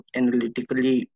analytically